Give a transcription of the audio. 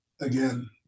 again